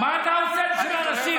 מה אתה עושה בשביל הנשים?